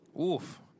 Oof